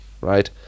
right